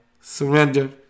surrender